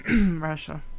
Russia